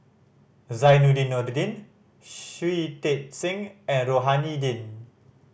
Zainudin Nordin Shui Tit Sing and Rohani Din